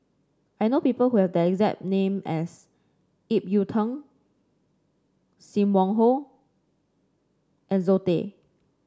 I know people who have the exact name as Ip Yiu Tung Sim Wong Hoo and Zoe Tay